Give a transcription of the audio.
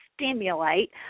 stimulate